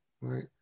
right